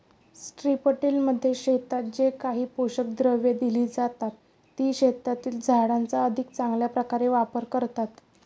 स्ट्रिपटिलमध्ये शेतात जे काही पोषक द्रव्ये दिली जातात, ती शेतातील झाडांचा अधिक चांगल्या प्रकारे वापर करतात